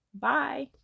Bye